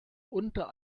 unter